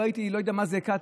אני לא יודע מה זה כת,